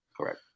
correct